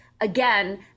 again